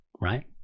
Right